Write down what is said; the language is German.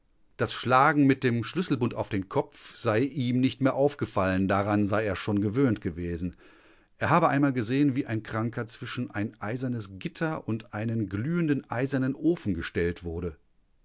das schlagen mit dem schlüsselbund auf den kopf sei ihm nicht mehr aufgefallen daran sei er schon gewöhnt gewesen er habe einmal gesehen wie ein kranker zwischen ein eisernes gitter und einen glühenden eisernen ofen gestellt wurde